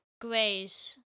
Grace